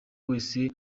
wese